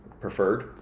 preferred